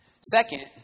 Second